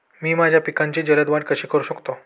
मी माझ्या पिकांची जलद वाढ कशी करू शकतो?